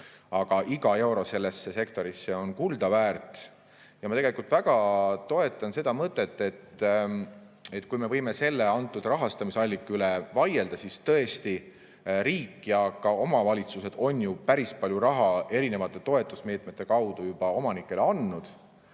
Aga iga euro sellesse sektorisse on kuldaväärt ja ma tegelikult väga toetan seda mõtet. Ja kuigi me võime selle rahastamisallika üle vaielda, siis tõesti riik ja ka omavalitsused on ju päris palju raha erinevate toetusmeetmete kaudu juba omanikele andnud